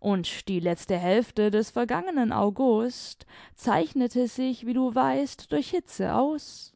und die letzte hälfte des vergangenen august zeichnete sich wie du weißt durch hitze aus